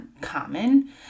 common